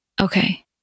Okay